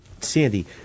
Sandy